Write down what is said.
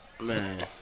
Man